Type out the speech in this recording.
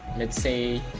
let's say